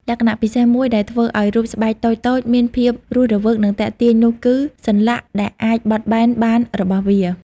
លក្ខណៈពិសេសមួយដែលធ្វើឲ្យរូបស្បែកតូចៗមានភាពរស់រវើក និងទាក់ទាញនោះគឺ សន្លាក់ដែលអាចបត់បែនបានរបស់វា។